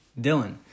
Dylan